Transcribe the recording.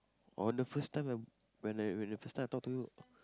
on the first time when when I when I first time I talk to you